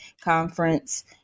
Conference